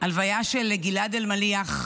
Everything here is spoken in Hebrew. ההלוויה של גלעד אלמליח,